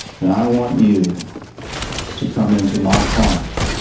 and i want you to come into my heart